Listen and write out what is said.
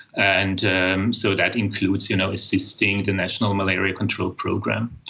and so that includes you know a sustained and national malaria control program.